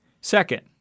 Second